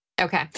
Okay